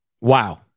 Wow